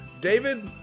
David